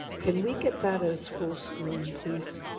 can we get that as full-screen, please?